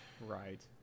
right